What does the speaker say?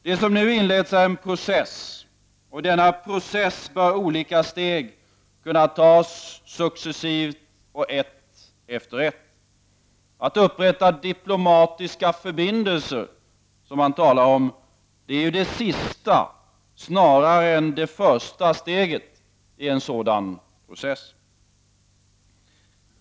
Det som nu inletts är en process, och i denna process bör olika steg kunna tas successivt och ett efter ett. Att upprätta diplomatiska förbindelser, som man nu talar om, är det sista snarare än det första steget i en sådan process.